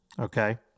okay